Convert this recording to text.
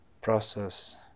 process